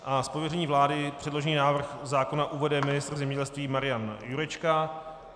Z pověření vlády předložený návrh zákona uvede ministr zemědělství Marian Jurečka.